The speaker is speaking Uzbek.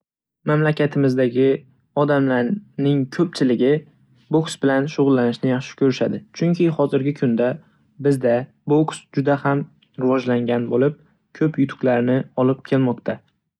Mamlakatimizdagi odamlar-ning ko'pchiligi boks bilan shug'ullanishni yaxshi ko'rishadi, chunki hozirgi kunda boks juda ham rivojlangan bo'lib ko'p yutuqlarni olib kelmoqda.